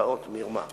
לעסקאות מרמה.